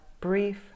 brief